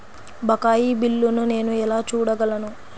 బకాయి బిల్లును నేను ఎలా చూడగలను?